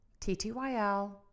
TTYL